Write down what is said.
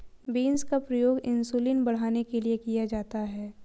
beans का प्रयोग insulin बढ़ाने के लिए किया जाता है